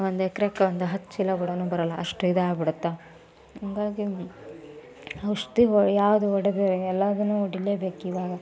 ಒಂದು ಎಕ್ರೆಗೂ ಒಂದು ಹತ್ತು ಚೀಲ ಬುಡಾನು ಬರೋಲ್ಲ ಅಷ್ಟು ಇದಾಗ್ಬಿಡುತ್ತೆ ಹಂಗಾಗಿ ಔಷಧಿ ಹೊ ಯಾವುದು ಹೊಡೆದರೆ ಎಲ್ಲದನ್ನೂ ಹೊಡೀಲೇಬೇಕು ಇವಾಗ